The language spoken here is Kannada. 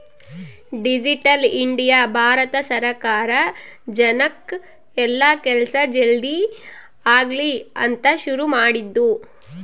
ಡಿಜಿಟಲ್ ಇಂಡಿಯ ಭಾರತ ಸರ್ಕಾರ ಜನಕ್ ಎಲ್ಲ ಕೆಲ್ಸ ಜಲ್ದೀ ಆಗಲಿ ಅಂತ ಶುರು ಮಾಡಿದ್ದು